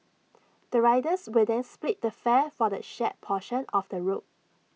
the riders will then split the fare for the shared portion of the route